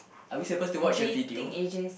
are we supposed to watch a video